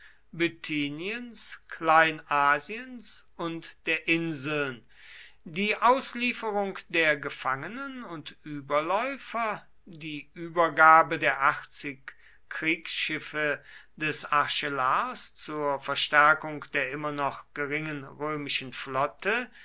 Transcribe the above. bithyniens kleinasiens und der inseln die auslieferung der gefangenen und überläufer die übergabe der achtzig kriegsschiffe des archelaos zur verstärkung der immer noch geringen römischen flotte